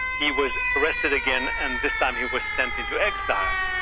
he was arrested again and this time he was sent into exile,